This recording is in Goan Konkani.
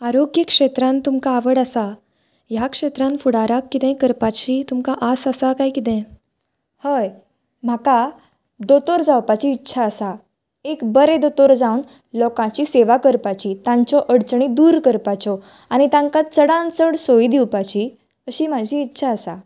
आरोग्य क्षेत्रांत तुमकां आवड आसा ह्या क्षेत्रांत फुडाराक कितेंय करपाची तुमकां आस आसा काय किदें हय म्हाका दोतोर जावपाची इच्छा आसा एक बरें दोतोर जावन लोकाची सेवा करपाची तांच्यो अडचणी दूर करपाच्यो आनी तांकां चडांत चड सोयी दिवपाची अशी म्हाजी इच्छा आसा